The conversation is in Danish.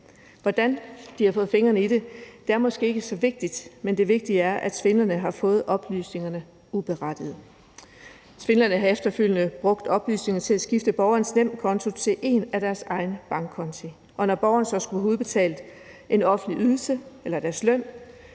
Hvordan de har fået fingrene i det, er måske ikke så vigtigt. Det vigtige er, at svindlerne har fået oplysningerne uberettiget. Svindlerne har efterfølgende brugt oplysningerne til at skifte borgerens nemkonto til en af deres egne bankkonti, og når borgeren så har skullet have udbetalt en offentlig ydelse, f.eks. dennes